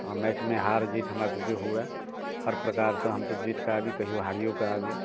मैचमे हार जीत हमरा सबके हुए हर प्रकारसँ हमसब जीतके आबी कहिओ हारिओके आबी